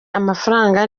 amafaranga